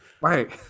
Right